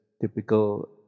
typical